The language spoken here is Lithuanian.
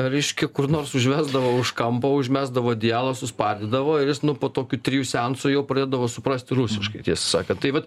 reiškia kur nors užvesdavo už kampo užmesdavo adijalą suspardydavo ir jis nu po tokių trijų seansų jau pradėdavo suprasti rusiškai tiesą sakant vai vat